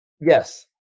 yes